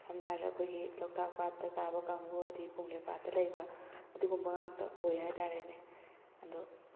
ꯁꯝꯅ ꯍꯥꯏꯔꯕꯗ ꯑꯩꯈꯣꯏꯒꯤ ꯂꯣꯛꯇꯥꯛ ꯄꯥꯠꯇ ꯇꯥꯕ ꯀꯥꯡꯕꯨ ꯑꯗꯩ ꯄꯨꯝꯂꯦꯝ ꯄꯥꯠꯇ ꯂꯩꯕ ꯑꯗꯨꯝꯒꯨꯝꯕ ꯉꯥꯛꯇ ꯑꯣꯏ ꯍꯥꯏꯇꯥꯔꯦꯅꯦ ꯑꯗꯨ